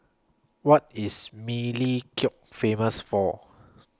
What IS Melekeok Famous For